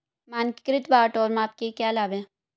मानकीकृत बाट और माप के क्या लाभ हैं?